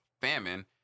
famine